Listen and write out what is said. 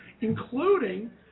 including